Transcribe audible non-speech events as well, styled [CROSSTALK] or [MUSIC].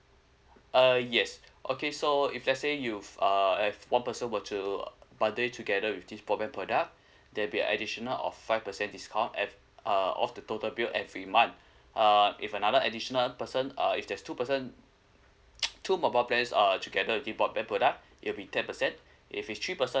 uh yes okay so if let's say you F~ uh F one person were to bundle it together with this broadband product there'll be a additional of five percent discount F uh off the total bill every month uh if another additional person uh if there's two person [NOISE] two mobile plans uh together with the broadband product it'll be ten percent if it's three person